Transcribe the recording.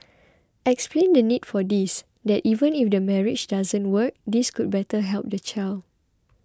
explain the need for this that even if the marriage doesn't work this could better help the child